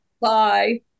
bye